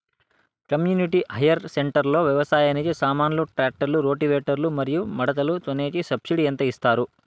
community hire centre లో వ్యవసాయానికి సామాన్లు ట్రాక్టర్లు రోటివేటర్ లు మరియు మడకలు కొనేకి సబ్సిడి ఎంత ఇస్తారు